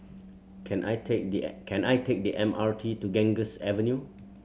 can I take the can I take the M R T to Ganges Avenue